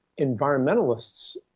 environmentalists